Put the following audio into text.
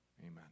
Amen